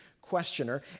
questioner